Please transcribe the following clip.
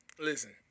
Listen